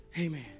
amen